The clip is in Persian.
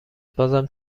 بازم